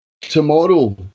tomorrow